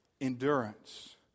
Endurance